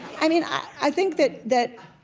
i mean i think that that